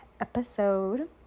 episode